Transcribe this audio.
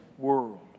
world